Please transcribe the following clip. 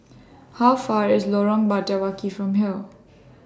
How Far away IS Lorong Batawi from here